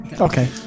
Okay